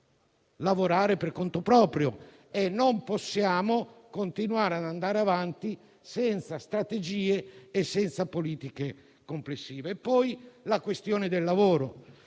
lavorare per conto proprio, e non possiamo continuare ad andare avanti senza strategie e senza politiche complessive. Vi è poi la questione del lavoro.